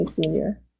senior